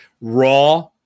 raw